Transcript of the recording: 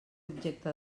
objecte